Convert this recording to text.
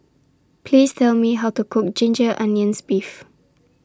Please Tell Me How to Cook Ginger Onions Beef